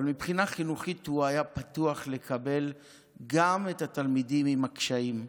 אבל מבחינה חינוכית הוא היה פתוח לקבל גם את התלמידים עם הקשיים,